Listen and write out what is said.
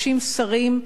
30 שרים.